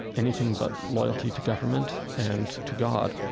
anything but loyalty to government and to god,